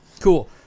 Cool